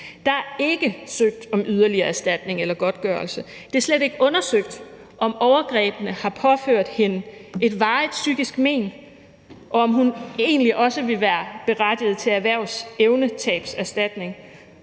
Der er ikke søgt om yderligere erstatning eller godtgørelse. Det er slet ikke undersøgt, om overgrebene har påført hende et varigt psykisk men, og om hun egentlig også vil være berettiget til erhvervsevnetabserstatning.